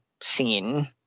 scene